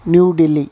New Delhi